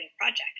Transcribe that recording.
project